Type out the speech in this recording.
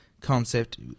concept